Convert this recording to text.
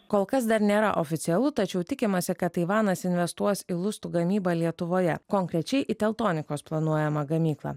kol kas dar nėra oficialu tačiau tikimasi kad taivanas investuos į lustų gamybą lietuvoje konkrečiai į teltonikos planuojamą gamyklą